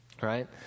right